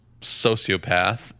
sociopath